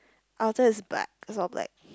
outer is black it's all black